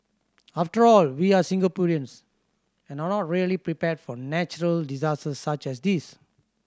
after all we're Singaporeans and are not really prepared for natural disasters such as this